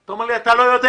אתה אומר לי "אתה לא יודע"